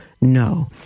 no